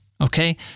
Okay